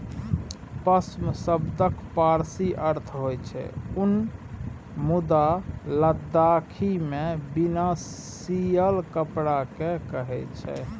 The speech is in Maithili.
पाश्म शब्दक पारसी अर्थ होइ छै उन मुदा लद्दाखीमे बिना सियल कपड़ा केँ कहय छै